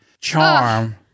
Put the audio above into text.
charm